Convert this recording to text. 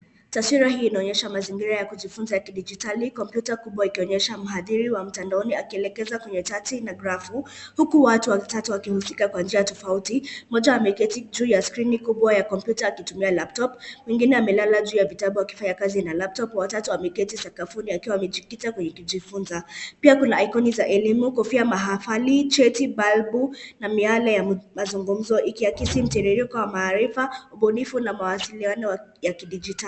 Taswira hii inaonyesha mazingira ya kujifunza ya kidijitali, kompyuta kubwa ikionyesha mhandhiri wa mtandaoni akielekeza kwenye chati na graph uku watu watatu wakihusikua kwa njia tofauti, moja ameketi juu ya kompyuta akitumia laptop, mwingine amelala juu ya vitabu akifanya kazi na laptop, watatu ameketi sakafuni akiwa amejificha kwenye kujifunza, pia kuna Icon za kujifunza elimu.